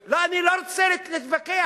לא, אני לא רוצה להתווכח.